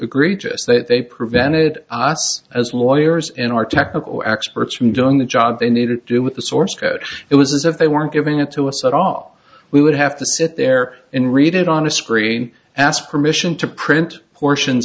agree just that they prevented us as lawyers in our technical experts from doing the job they needed to do with the source it was as if they weren't giving it to us at all we would have to sit there and read it on a screen ask permission to print portions